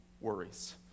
worries